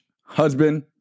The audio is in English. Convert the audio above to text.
husband